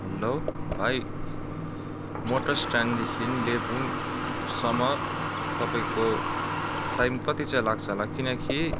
hello भाइ motor स्ट्यान्डदेखि लेबुङसम्म तपाईँको टाइम कति चाहिँ लाग्छ होला किनकि